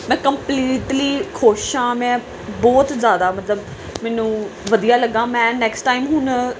ਮੈਂ ਕੰਪਲੀਟਲੀ ਖੁਸ਼ ਹਾਂ ਮੈਂ ਬਹੁਤ ਜ਼ਿਆਦਾ ਮਤਲਬ ਮੈਨੂੰ ਵਧੀਆ ਲੱਗਾ ਮੈਂ ਨੈਕਸਟ ਟਾਈਮ ਹੁਣ